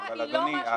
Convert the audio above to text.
אדוני,